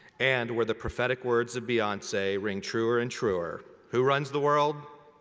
and were the prophetic words of beyonce ring truer and truer, who runs the world?